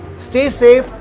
stay safe.